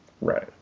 Right